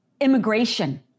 immigration